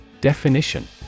Definition